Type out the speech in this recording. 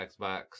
Xbox